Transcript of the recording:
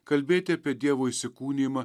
kalbėti apie dievo įsikūnijimą